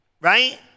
right